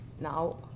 now